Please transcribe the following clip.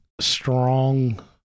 strong